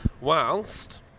whilst